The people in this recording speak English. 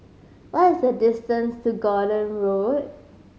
what is the distance to Gordon Road